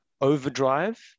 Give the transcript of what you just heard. overdrive